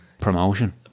Promotion